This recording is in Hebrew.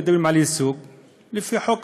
אם מדברים על ייצוג לפי חוק,